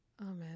Amen